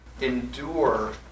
endure